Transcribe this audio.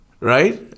Right